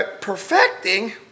perfecting